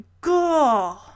god